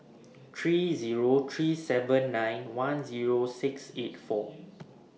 three Zero three seven nine one Zero six eight four